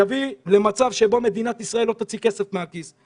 יביא למצב שבו מדינת ישראל לא תוציא כסף מהכיס.